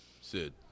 Sid